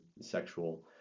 sexual